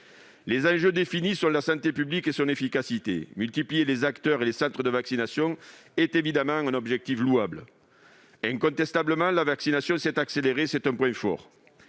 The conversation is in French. Les enjeux définis sont la santé publique et son efficacité. Multiplier les acteurs et les centres de vaccination est évidemment un objectif louable. La vaccination s'est incontestablement accélérée, et c'est un point fort.